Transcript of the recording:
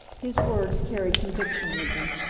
his words carried conviction with them.